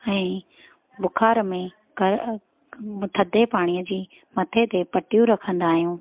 ऐं बुखार में ॻर थधे पाणीअ जी मथे ते पटियूं रखंदा आहियूं